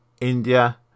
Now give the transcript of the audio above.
India